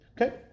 Okay